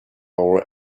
our